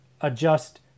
adjust